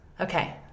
okay